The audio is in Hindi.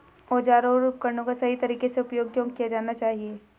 औजारों और उपकरणों का सही तरीके से उपयोग क्यों किया जाना चाहिए?